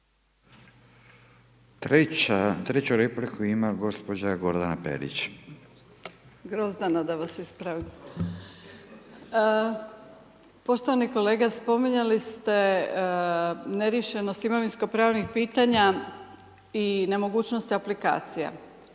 Treću repliku ima gospođa Gordana Perić. **Perić, Grozdana (HDZ)** Grozdana, da vas ispravim. Poštovani kolega spominjali ste neriješenost imovinsko pravnih pitanja i nemogućnost aplikacija.